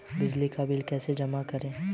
बिजली का बिल कैसे जमा करें?